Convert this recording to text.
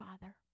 father